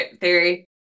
theory